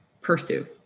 pursue